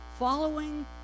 following